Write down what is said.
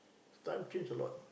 time change a lot